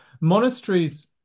Monasteries